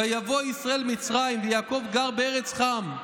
ויבֹא ישראל מצרים ויעקב גר בארץ חם.